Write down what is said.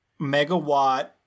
megawatt